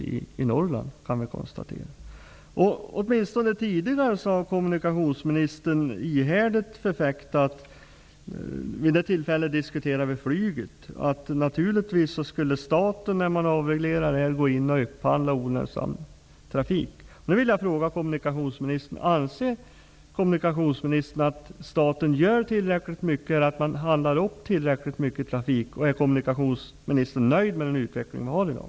Åtminstone tidigare, när vi diskuterade flyget, har kommunikationsministern ihärdigt förfäktat åsikten att staten vid avreglering naturligtvis bör upphandla olönsam trafik. Anser kommunikationsministern att staten upphandlar tillräckligt mycket trafik? Är kommunikationsminstern nöjd med den utveckling som vi har i dag?